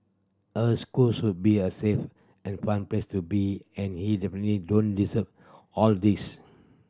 a school should be a safe and fun place to be and he definitely don't deserve all these